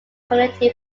community